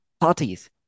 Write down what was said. parties